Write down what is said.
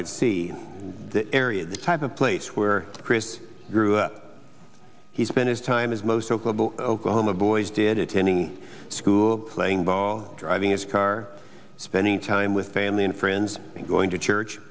could see that area the type of place where chris grew up he spent his time as most of the oklahoma boys did attending school playing ball driving his car spending time with family and friends going to church